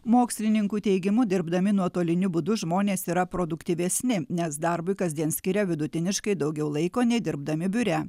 mokslininkų teigimu dirbdami nuotoliniu būdu žmonės yra produktyvesni nes darbui kasdien skiria vidutiniškai daugiau laiko nei dirbdami biure